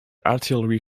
artillery